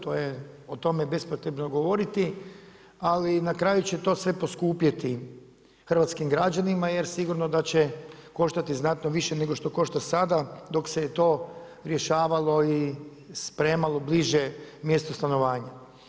To je o tome bespotrebno govoriti, ali na kraju će sve to poskupjeti hrvatskim građanima jer sigurno da će koštati znatno više nego što košta sada, dok se to rješavalo i spremalo bliže mjestu stanovanja.